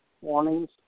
warnings